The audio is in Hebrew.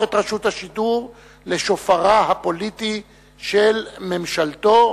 את רשות השידור לשופרה הפוליטי של ממשלתו.